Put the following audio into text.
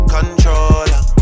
Controller